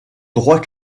droit